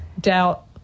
doubt